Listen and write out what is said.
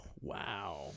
Wow